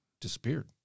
disappeared